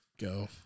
go